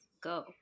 go